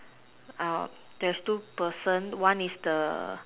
uh there's two person one is the